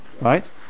right